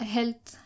Health